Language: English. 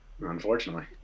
Unfortunately